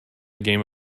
game